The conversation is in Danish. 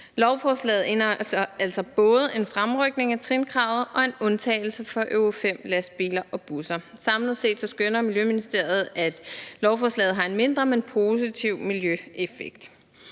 Lovforslaget indeholder altså både en fremrykning af trinkravet og en undtagelse for Euro V-lastbiler og -busser. Samlet set skønner Miljøministeriet, at lovforslaget har en mindre, men positiv miljøeffekt.